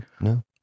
no